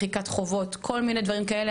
מחיקת חובות וכל מיני דברים כאלה,